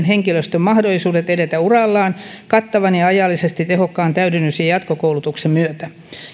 henkilöstön mahdollisuuksista edetä urallaan kattavan ja ajallisesti tehokkaan täydennys ja jatkokoulutuksen myötä